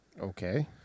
Okay